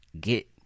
Get